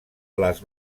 les